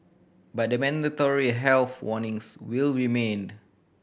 but the mandatory health warnings will remained